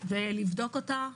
ולבדוק אותה,